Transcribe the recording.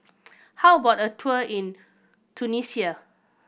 how about a tour in Tunisia